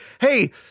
hey